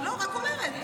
לא, רק אומרת.